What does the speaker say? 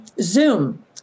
Zoom